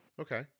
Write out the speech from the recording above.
Okay